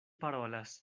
parolas